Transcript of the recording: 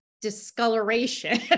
discoloration